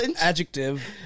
adjective